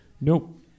Nope